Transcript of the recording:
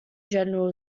general